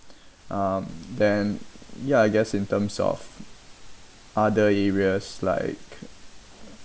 um then ya I guess in terms of other areas like